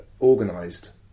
organised